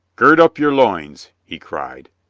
gird up your loins, he cried.